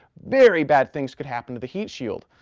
very bad things could happen to the heat shield.